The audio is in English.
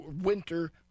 Winter